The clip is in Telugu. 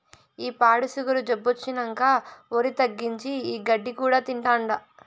ఈ పాడు సుగరు జబ్బొచ్చినంకా ఒరి తగ్గించి, ఈ గడ్డి కూడా తింటాండా